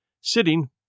sitting